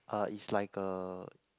uh it's like a